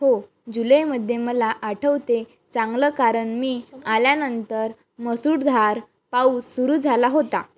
हो जुलैमध्ये मला आठवते चांगलं कारण मी आल्यानंतर मुसळधार पाऊस सुरू झाला होता